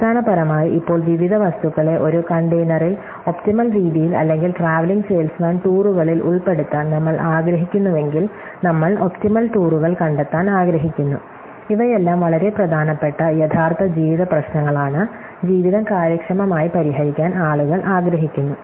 അടിസ്ഥാനപരമായി ഇപ്പോൾ വിവിധ വസ്തുക്കളെ ഒരു കണ്ടെയ്നറിൽ ഒപ്റ്റിമൽ രീതിയിൽ അല്ലെങ്കിൽ ട്രാവെല്ലിംഗ് സെയിൽസ്മാൻ ടൂറുകളിൽ ഉൾപ്പെടുത്താൻ നമ്മൾ ആഗ്രഹിക്കുന്നുവെങ്കിൽ നമ്മൾ ഒപ്റ്റിമൽ ടൂറുകൾ കണ്ടെത്താൻ ആഗ്രഹിക്കുന്നു ഇവയെല്ലാം വളരെ പ്രധാനപ്പെട്ട യഥാർത്ഥ ജീവിത പ്രശ്നങ്ങളാണ് ജീവിതം കാര്യക്ഷമമായി പരിഹരിക്കാൻ ആളുകൾ ആഗ്രഹിക്കുന്നു